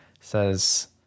says